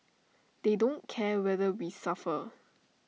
they don't care whether we suffer